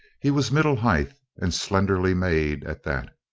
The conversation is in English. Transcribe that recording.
he was middle height and slenderly made at that.